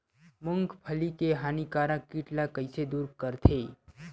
मूंगफली के हानिकारक कीट ला कइसे दूर करथे?